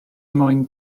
moyn